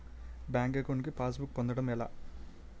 Bank account కి passbook పొందడం ఎలా?